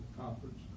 conference